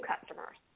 customers